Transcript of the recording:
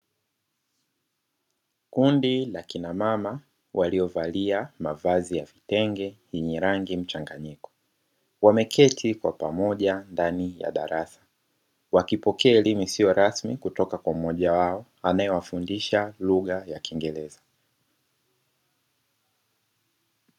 Kundi la kinamama waliovalia mavazi ya vitenge yenye rangi mchanganyiko, wameketi kwa pamoja ndani ya darasa, wakipokea elimu isiyo rasmi kutoka kwa mmoja wao anayewafundisha lugha ya kiingereza.